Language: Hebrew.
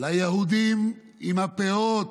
עם הפאות,